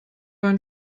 ein